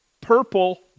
purple